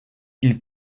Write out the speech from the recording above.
une